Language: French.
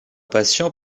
patients